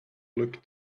look